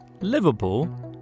Liverpool